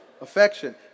Affection